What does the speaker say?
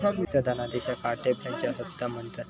रिक्त धनादेशाक carte blanche असा सुद्धा म्हणतत